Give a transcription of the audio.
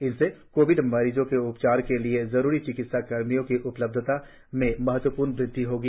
इनसे कोविड मरीजों के उपचार के लिए जरूरी चिकित्सा कर्मियों की उपलब्धता में महत्वपूर्ण वृद्धि होगी